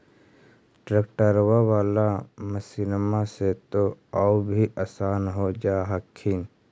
ट्रैक्टरबा बाला मसिन्मा से तो औ भी आसन हो जा हखिन?